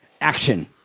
Action